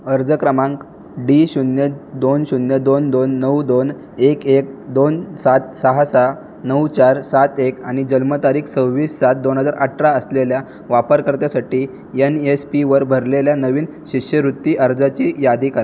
अर्ज क्रमांक डी शून्य दोन शून्य दोन दोन नऊ दोन एक एक दोन सात सहा सहा नऊ चार सात एक आणि जन्मतारीख सव्वीस सात दोन हजार अठरा असलेल्या वापरकर्त्यासाठी एन एस पीवर भरलेल्या नवीन शिष्यवृत्ती अर्जाची यादी करा